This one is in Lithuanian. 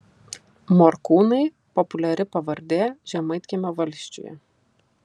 morkūnai populiari pavardė žemaitkiemio valsčiuje